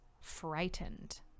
frightened